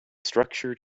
structure